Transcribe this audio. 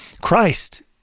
Christ